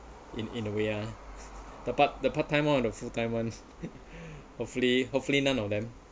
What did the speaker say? in in a way lah the part the part time one or the full time [one] hopefully hopefully none of them